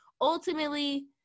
Ultimately